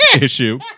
issue